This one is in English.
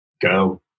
go